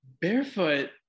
barefoot